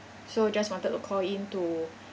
so just wanted to call in to